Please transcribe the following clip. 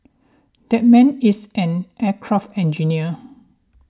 that man is an aircraft engineer